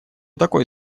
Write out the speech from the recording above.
такой